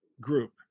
group